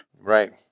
Right